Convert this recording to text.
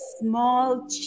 small